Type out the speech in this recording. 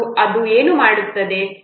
ಅದು ಏನು ಮಾಡುತ್ತದೆ